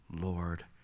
Lord